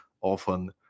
often